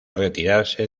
retirarse